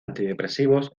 antidepresivos